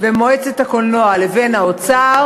ומועצת הקולנוע לבין האוצר,